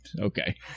okay